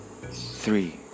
three